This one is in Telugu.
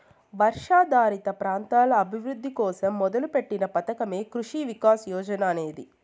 వర్షాధారిత ప్రాంతాల అభివృద్ధి కోసం మొదలుపెట్టిన పథకమే కృషి వికాస్ యోజన అనేది